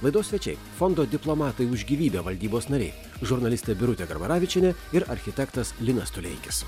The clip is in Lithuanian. laidos svečiai fondo diplomatai už gyvybę valdybos nariai žurnalistė birutė garbaravičienė ir architektas linas tuleikis